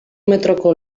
metroko